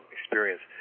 experience